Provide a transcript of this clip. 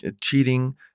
cheating